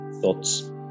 thoughts